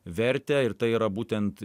vertę ir tai yra būtent